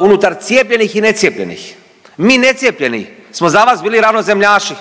unutar cijepljenih i necijepljenih. Mi necijepljeni smo za vas bili ravnozemljaši.